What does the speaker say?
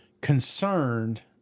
concerned